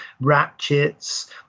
ratchets